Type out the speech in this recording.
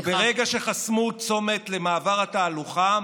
ויסתו את התנועה וברגע שחסמו צומת למעבר התהלוכה,